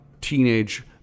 teenage